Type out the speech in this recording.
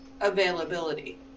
availability